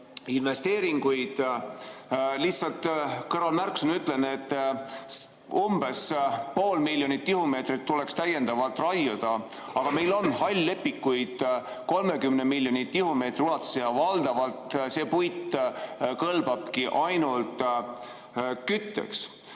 investeeringuid. Lihtsalt kõrvalmärkusena ma ütlen, et umbes pool miljonit tihumeetrit tuleks täiendavalt raiuda, aga meil on hall-lepikuid 30 miljoni tihumeetri ulatuses ja valdavalt see puit kõlbabki ainult kütteks.